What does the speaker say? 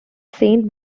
saint